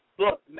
Look